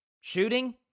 shooting